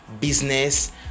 business